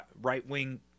right-wing